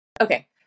Okay